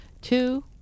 Two